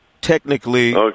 technically